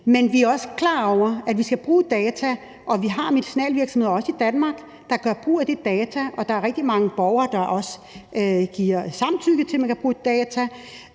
vi er også klar over, at vi skal bruge data, og vi har også medicinalvirksomheder i Danmark, der gør brug af de data. Der er også rigtig mange borgere, der giver samtykke til, at man kan bruge data.